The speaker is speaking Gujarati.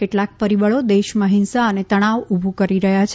કેટલાંક પરિબળો દેશમાં હિંસા અને તણાવ ઊભો કરી રહ્યા છે